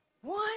one